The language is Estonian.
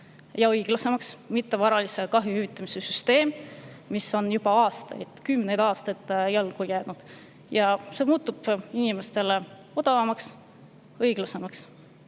ja õiglasemaks mittevaralise kahju hüvitamise süsteem, mis on juba kümneid aastaid [ajale] jalgu jäänud. See muutub inimestele odavamaks, õiglasemaks